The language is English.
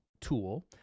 tool